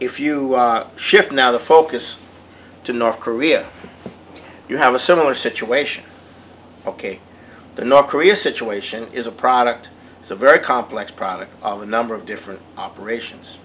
if you shift now the focus to north korea you have a similar situation ok the north korea situation is a product it's a very complex product of a number of different operations